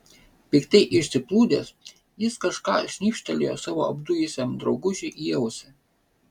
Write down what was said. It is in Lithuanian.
piktai išsiplūdęs jis kažką šnypštelėjo savo apdujusiam draugužiui į ausį